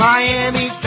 Miami